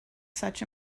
such